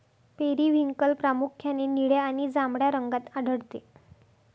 periwinkle प्रामुख्याने निळ्या आणि जांभळ्या रंगात आढळते